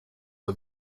for